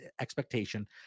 expectation